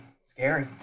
Scary